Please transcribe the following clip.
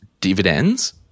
dividends